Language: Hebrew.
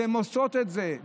והן עושות את זה,